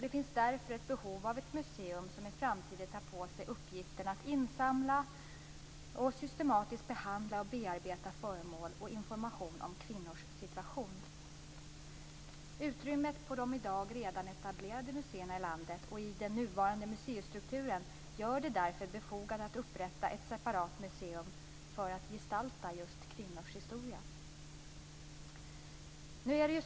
Det finns därför ett behov av ett museum som i framtiden tar på sig uppgiften att insamla och systematiskt behandla och bearbeta föremål och information om kvinnors situation. Utrymmet på de i dag redan etablerade museerna i landet och i den nuvarande museistrukturen gör det därför befogat att upprätta ett separat museum för att gestalta just kvinnors historia.